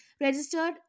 registered